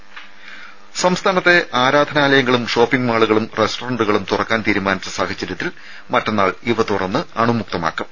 ദേദ സംസ്ഥാനത്തെ ആരാധനാലയങ്ങളും ഷോപ്പിംഗ് മാളുകളും റസ്റ്ററന്റുകളും തുറക്കാൻ തീരുമാനിച്ച സാഹചര്യത്തിൽ മറ്റന്നാൾ ഇവ തുറന്ന് അണുമുക്തമാക്കും